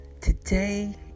today